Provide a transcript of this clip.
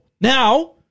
Now